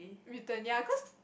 written ya cause